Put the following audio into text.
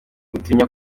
utinya